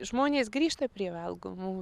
žmonės grįžta prie valgomų